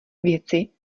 věci